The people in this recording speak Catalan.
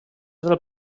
del